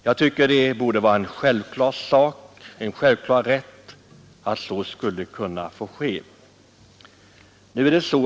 Jag tycker det borde vara självklart att så skulle få ske.